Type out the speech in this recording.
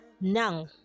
now